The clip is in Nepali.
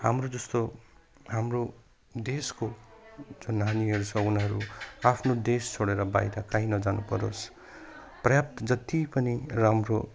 हाम्रो जस्तो हाम्रो देशको जो नानीहरू छ उनीहरू आफ्नो देश छोडेर बाहिर काहीँ नजानु परोस् पर्याप्त जति पनि राम्रो